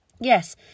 Yes